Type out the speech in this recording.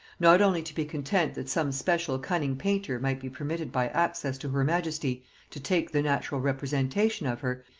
not only to be content that some special cunning painter might be permitted by access to her majesty to take the natural representation of her,